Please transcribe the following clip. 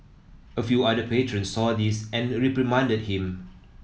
a few other patrons saw this and reprimanded him